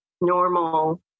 normal